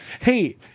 hey